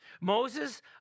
Moses